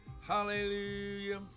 Hallelujah